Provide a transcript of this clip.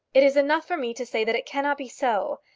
it is enough for me to say that it cannot be so.